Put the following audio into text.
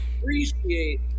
appreciate